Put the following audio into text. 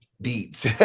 Beats